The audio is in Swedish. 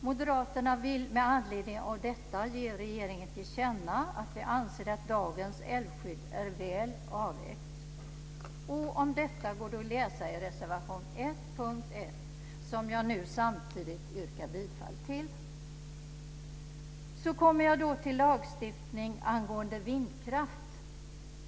Moderaterna vill med anledning av detta ge regeringen till känna att vi anser att dagens älvskydd är väl avvägt. Om detta går att läsa i reservation 1 under punkt 1, som jag nu samtidigt yrkar bifall till. Så kommer jag till lagstiftning angående vindkraft.